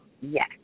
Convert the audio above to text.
yes